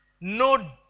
no